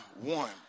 one